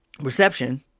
reception